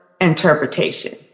interpretation